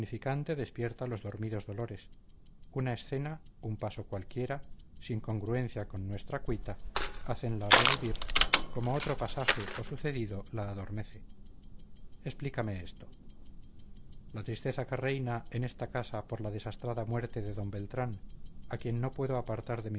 despierta los dormidos dolores una escena un paso cualquiera sin congruencia con nuestra cuita hácenla revivir como otro pasaje o sucedido la adormece explícame esto la tristeza que reina en esta casa por la desastrada muerte de d beltrán a quien no puedo apartar de